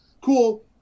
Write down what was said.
cool